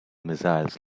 missiles